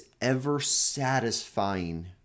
ever-satisfying